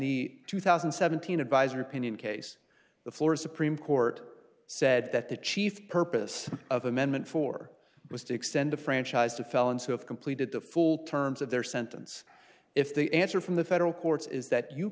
the two thousand and seventeen advisory opinion case the florida supreme court said that the chief purpose of amendment four was to extend the franchise to felons who have completed the full terms of their sentence if the answer from the federal courts is that you